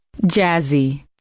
Jazzy